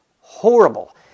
Horrible